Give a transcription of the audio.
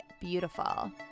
beautiful